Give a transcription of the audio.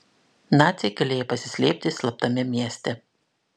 naciai galėję pasislėpti slaptame mieste